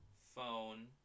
phone